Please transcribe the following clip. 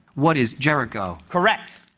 what is jericho. correct.